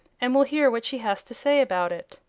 and we'll hear what she has to say about it.